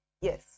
Yes